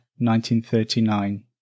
1939